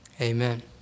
Amen